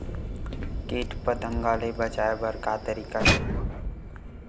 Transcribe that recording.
कीट पंतगा ले बचाय बर का तरीका हे?